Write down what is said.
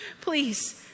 please